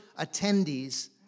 attendees